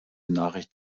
nachricht